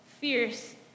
fierce